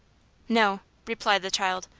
no, replied the child,